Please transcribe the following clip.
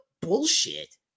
bullshit